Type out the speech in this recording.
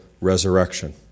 resurrection